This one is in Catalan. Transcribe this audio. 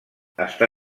està